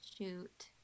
shoot